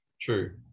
true